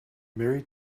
mary